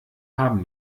haben